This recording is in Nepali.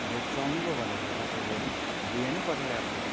भेज चाउमिन पो भनेको थिएँ तपाईँले बिरयानी पठाइरहेको छ त मलाई